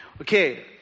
Okay